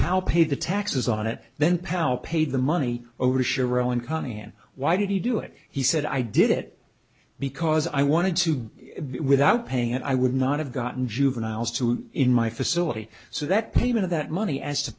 power pay the taxes on it then powell paid the money over sharon cunningham why did he do it he said i did it because i wanted to without pay and i would not have gotten juveniles to in my facility so that payment of that money as to